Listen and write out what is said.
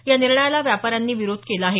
या निर्णयाला व्यापाऱ्यांनी विरोध केला आहे